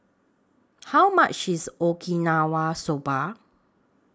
How much IS Okinawa Soba